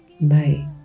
bye